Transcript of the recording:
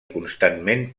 constantment